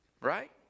right